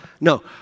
No